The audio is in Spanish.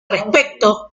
respecto